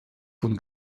von